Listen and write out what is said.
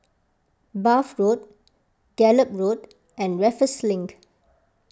Bath Road Gallop Road and Raffles Link